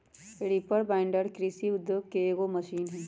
reaper binder कृषि उद्योग के एगो मशीन हई